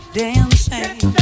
dancing